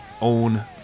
own